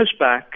pushback